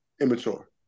immature